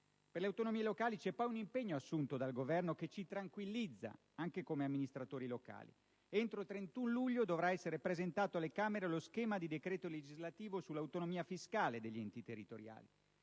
Per le autonomie locali c'è poi un impegno assunto dal Governo che ci tranquillizza, anche come amministratori locali: entro il 31 luglio dovrà essere presentato alle Camere lo schema di decreto legislativo sull'autonomia fiscale degli enti territoriali